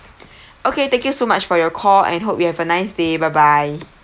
okay thank you so much for your call and hope you have a nice day bye bye